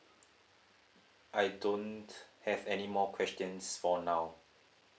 I don't have any more questions for now